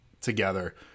together